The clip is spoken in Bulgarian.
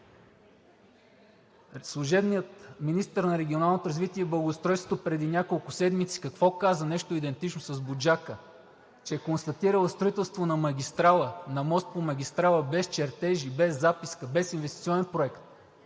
Служебният министър на регионалното развитие и благоустройството преди няколко седмици какво каза – нещо идентично с „Буджака“? Че е констатирал строителство на магистрала, на мост по магистрала без чертежи, без записка, без инвестиционен проект.